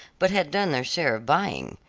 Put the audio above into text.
but had done their share of buying.